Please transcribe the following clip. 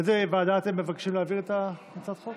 לאיזו ועדה אתם מבקשים להעביר את הצעת החוק?